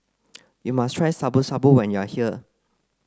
you must try Shabu Shabu when you are here